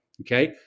Okay